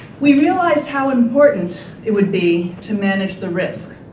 we realized how important it would be to manage the risk.